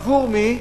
עבור מי?